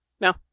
no